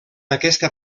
aquesta